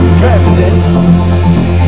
president